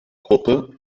gruppe